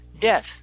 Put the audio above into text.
death